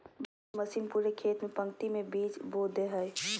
बोने के मशीन पूरे खेत में पंक्ति में बीज बो दे हइ